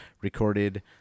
Recorded